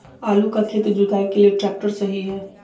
आलू का खेत जुताई के लिए ट्रैक्टर सही है?